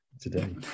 today